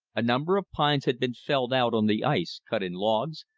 a number of pines had been felled out on the ice, cut in logs,